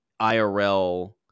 IRL